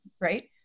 right